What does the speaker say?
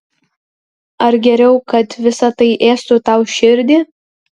ar geriau kad visa tai ėstų tau širdį